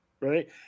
right